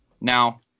Now